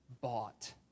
bought